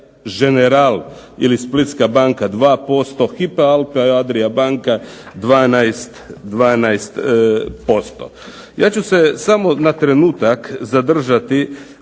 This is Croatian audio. General ili Splitska banka 2%, Hypo Alpe Adria banka 12%. Ja ću se samo na trenutak zadržati